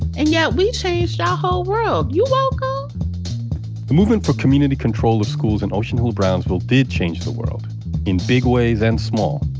and yet we changed our whole world. you're welcome the movement for community control of schools in ocean hill-brownsville did change the world in big ways and small,